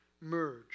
merge